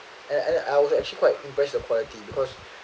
and I I was actually quite impressed the quality because